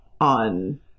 on